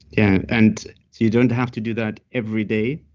yeah, and you don't have to do that every day.